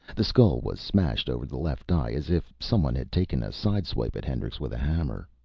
the skull was smashed over the left eye, as if someone had taken a sideswipe at hendrix with a hammer.